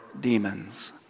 demons